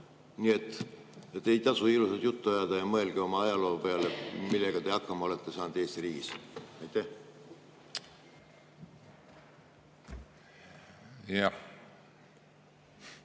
Nii et ei tasu ilusat juttu ajada. Ja mõelge oma ajaloo peale, millega te hakkama olete saanud Eesti riigis. Aitäh,